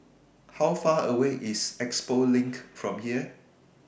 How Far away IS Expo LINK from here